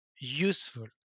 useful